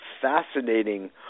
fascinating